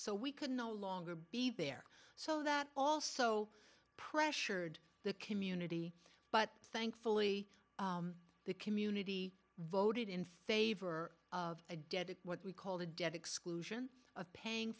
so we could no longer be there so that also pressured the community but thankfully the community voted in favor of a dead what we call the dead exclusion of paying